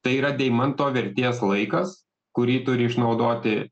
tai yra deimanto vertės laikas kurį turi išnaudoti